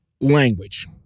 language